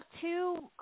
two